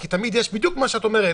כי תמיד יש בדיוק מה שאת אומרת,